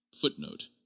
Footnote